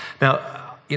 Now